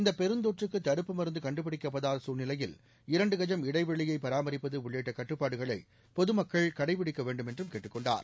இந்த பெருந்தொற்றுக்கு தடுப்பு மருந்து கண்டுபிடிக்கப்படாத சசூழ்நிலையில் இரண்டு கஜம் இடைவெளியை பராமரிப்பது உள்ளிட்ட கட்டுப்பாடுகளை பொதுமக்கள் கடைபிடிக்க வேண்டும் என்றும் கேட்டுக் கொண்டுள்ளார்